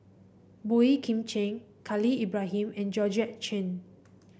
Boey Kim Cheng Khalil Ibrahim and Georgette Chen